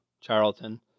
Charlton